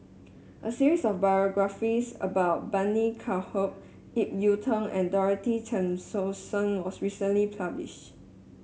a series of Biographies about Bani Haykal Ip Yiu Tung and Dorothy Tessensohn was recently published